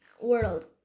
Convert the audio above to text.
world